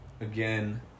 again